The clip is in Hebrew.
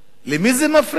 למי זה מפריע?